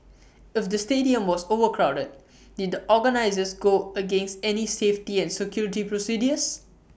if the stadium was overcrowded did the organisers go against any safety and security procedures